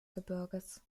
gebirges